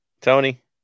Tony